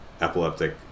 epileptic